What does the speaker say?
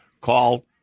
call